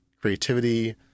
creativity